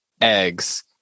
eggs